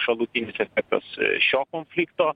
šalutinis efektas šio konflikto